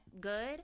good